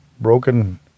broken